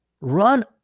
run